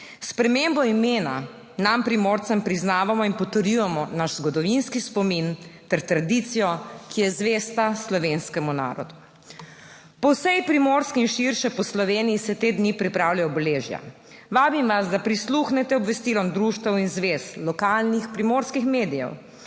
spremembo imena nam Primorcem priznavamo in potrjujemo naš zgodovinski spomin ter tradicijo, ki je zvesta slovenskemu narodu. Po vsej Primorski in širše po Sloveniji se te dni pripravljajo obeležja. Vabim vas, da prisluhnete obvestilom društev in zvez lokalnih primorskih medijev.